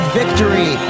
victory